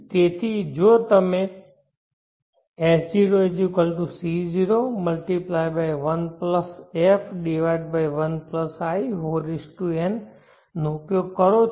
તેથી જો તમે S0C0×1f1in નો ઉપયોગ કરો છો